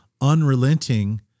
unrelenting